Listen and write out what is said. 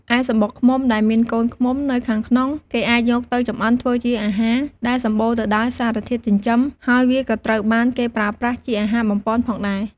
ឯសំបុកឃ្មុំដែលមានកូនឃ្មុំនៅខាងក្នុង គេអាចយកទៅចម្អិនធ្វើជាអាហារ ដែលសម្បូរទៅដោយសារធាតុចិញ្ចឹម ហើយវាក៏ត្រូវបានគេប្រើប្រាស់ជាអាហារបំប៉នផងដែរ។